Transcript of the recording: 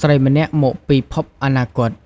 ស្រីម្នាក់មកពីភពអនាគត ។